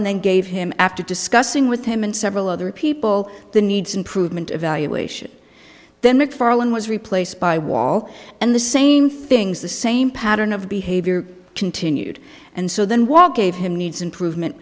mcfarlane then gave him after discussing with him and several other people the needs improvement evaluation then mcfarlane was replaced by wall and the same things the same pattern of behavior continued and so then walk gave him needs improvement